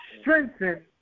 strengthen